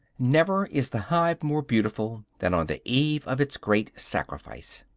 never is the hive more beautiful than on the eve of its great sacrifice.